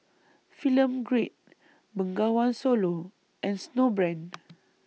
Film Grade Bengawan Solo and Snowbrand